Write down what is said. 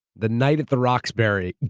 the night at the roxbury,